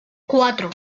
cuatro